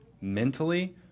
mentally